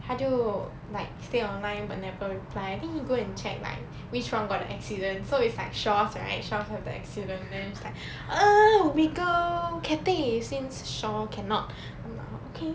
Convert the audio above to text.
他就 like stay online but never reply I think he go and check like which one got the accident so it's like shaw right shaw have the accident then he's err we go cathay since shaw cannot I'm like okay